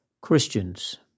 Christians